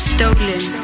Stolen